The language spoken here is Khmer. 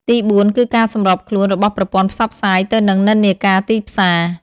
ទីបួនគឺការសម្របខ្លួនរបស់ប្រព័ន្ធផ្សព្វផ្សាយទៅនឹងនិន្នាការទីផ្សារ។